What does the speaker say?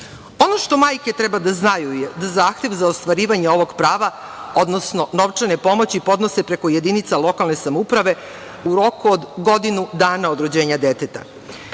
što majke treba da znaju je da zahtev za ostvarivanje ovog prava, odnosno novčane pomoći podnose preko jedinica lokalne samouprave u roku od godinu dana od rođenja deteta.